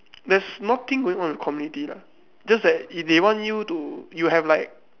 there's nothing going on in the community lah just that if they want you to you have like